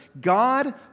God